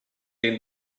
came